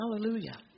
Hallelujah